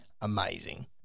amazing